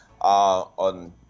on